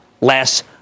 less